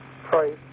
price